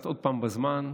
עוד פעם קצת אחורה בזמן,